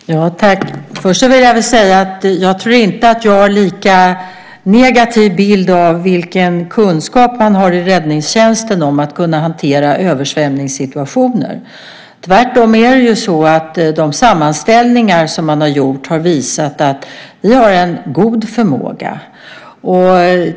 Fru talman! Först vill jag säga att jag inte har en lika negativ bild av vilken kunskap man har i räddningstjänsten när det gäller att kunna hantera översvämningssituationer. Tvärtom har de sammanställningar som gjorts visat att vi har en god förmåga.